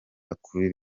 bakuru